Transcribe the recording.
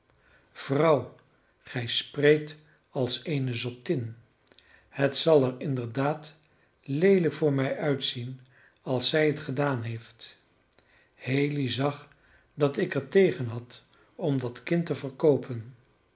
vrouw gij spreekt als eene zottin het zal er inderdaad leelijk voor mij uitzien als zij het gedaan heeft haley zag dat ik er tegen had om dat kind te verkoopen